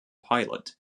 pilot